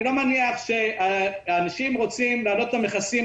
אני לא מניח שהאנשים רוצים להעלות את המכסים.